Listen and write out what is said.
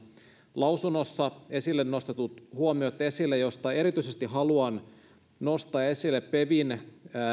lausunnossa esille nostetut huomiot joista erityisesti haluan nostaa esille pevin